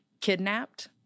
Kidnapped